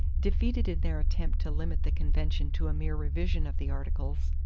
defeated in their attempt to limit the convention to a mere revision of the articles,